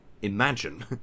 Imagine